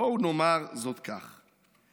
/ בואו נאמר זאת כך,